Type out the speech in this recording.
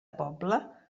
pobla